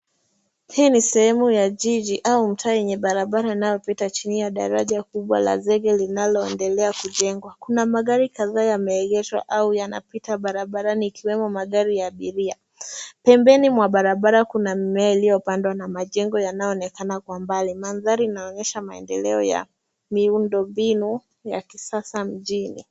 Hii ni sehemu ya jiji au mtaa yenye barabara inayopita chini ya daraja kubwa la zege linaloendelea kujengwa. Kuna magari kadhaa yameegeshwa au yanapita barabarani, ikiwemo magari ya abiria. Pembeni mwa barabara kuna mimea iliyopandwa na majengo yanaonekana kwa mbali. Mandhari inaonyesha maendeleo ya miundombinu ya kisasa mjini.